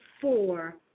four